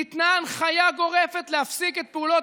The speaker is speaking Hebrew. ניתנה הנחיה גורפת להפסיק את פעולות